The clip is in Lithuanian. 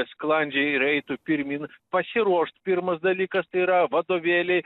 sklandžiai ir eitų pirmyn pasiruošt pirmas dalykas tai yra vadovėliai